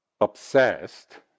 obsessed